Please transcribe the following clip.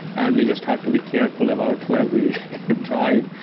and we just have to be careful about where we drive.